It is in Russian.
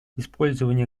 использование